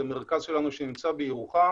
זה מרכז שנמצא בירוחם